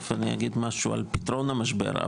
תכף אני אגיד משהו על פתרון המשבר,